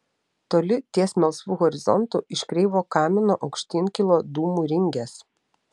toli ties melsvu horizontu iš kreivo kamino aukštyn kilo dūmų ringės